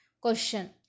Question